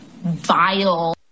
vile